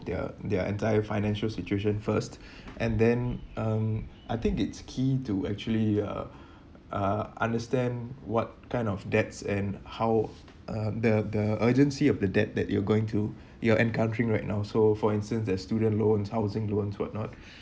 their their entire financial situation first and then um I think it's key to actually uh uh understand what kind of debts and how uh the the urgency of the debt that you going to you're encountering right now so for instance there's student loans housing loans what not